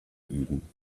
üben